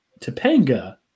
Topanga